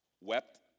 wept